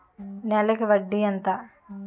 నెలకి వడ్డీ ఎంత?